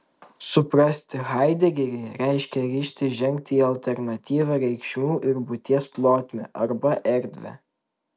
suprasti haidegerį reiškia ryžtis žengti į alternatyvią reikšmių ir būties plotmę arba erdvę